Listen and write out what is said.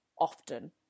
often